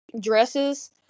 dresses